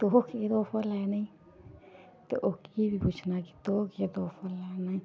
तूं केह् तोह्फा लैना ते ओह्की बी पुच्छना कि तूं केह् तोह्फा लैना